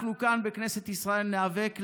אנחנו כאן, בכנסת ישראל, ניאבק למענו,